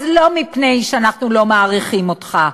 אז לא מפני שאנחנו לא מעריכים אותך,